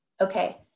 Okay